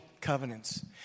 covenants